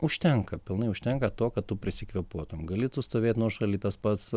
užtenka pilnai užtenka to kad tu prisikvėpuotum gali tu stovėt nuošaly tas pats